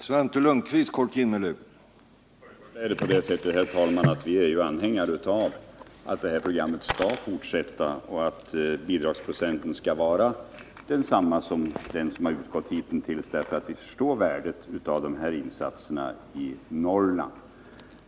Herr talman! För det första är det så att vi är anhängare av att detta program skall fortsätta och att bidragsprocenten skall vara densamma som den som utgått hittills. Vi förstår värdet av dessa insatser i Norrland.